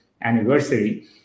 anniversary